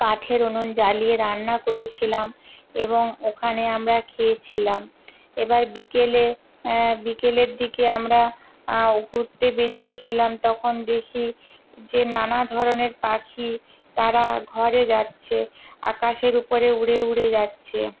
কাঠের উনুন জ্বালিয়ে রান্না করেছিলাম এবং ওখানে আমরা খেয়েছিলাম এবার বিকেলে বিকেলের দিকে আমরা ঘুরতে বেড়িয়েছিলাম তখন দেখি যে নানা ধরনের পাখি তারা ঘরে যাচ্ছে আকাশের উপরে উড়ে উড়ে যাচ্ছে